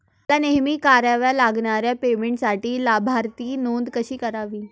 मला नेहमी कराव्या लागणाऱ्या पेमेंटसाठी लाभार्थी नोंद कशी करावी?